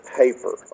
paper